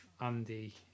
Andy